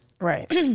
Right